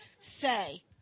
say